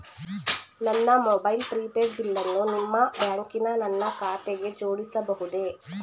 ನನ್ನ mobile prepaid ಬಿಲ್ಲನ್ನು ನಿಮ್ಮ ಬ್ಯಾಂಕಿನ ನನ್ನ ಖಾತೆಗೆ ಜೋಡಿಸಬಹುದೇ?